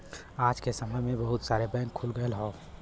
आज के समय में बहुत सारे बैंक खुल गयल हौ